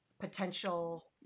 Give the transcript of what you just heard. potential